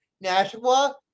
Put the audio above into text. Nashua